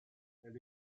elle